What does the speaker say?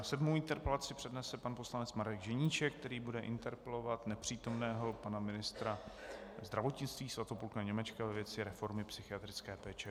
Sedmou interpelaci přednese pan poslanec Marek Ženíšek, který bude interpelovat nepřítomného pana ministra zdravotnictví Svatopluka Němečka ve věci reformy psychiatrické péče.